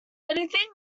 anything